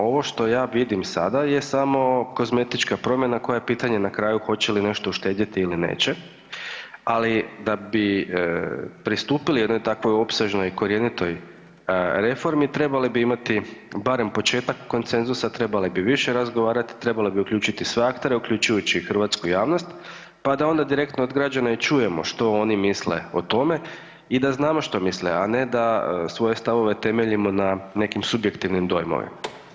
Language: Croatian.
Ovo što ja vidim sada je samo kozmetička promjena koja je pitanje na kraju hoće li nešto uštedjeti ili neće, ali da bi pristupili jednoj takvoj opsežnoj i korjenitoj reformi, trebali bi imati barem početak konsenzusa, trebali bi više razgovarati, trebali bi uključiti sve aktere, uključujući i hrvatsku javnost, pa da onda direktno od građana i čujemo što oni misle o tome i da znamo što misle, a ne da svoje stavove temeljimo na nekim subjektivnim dojmovima.